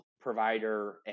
provider